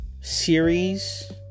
series